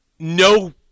No